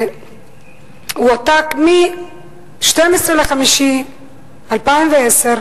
הוא מ-12 במאי 2010,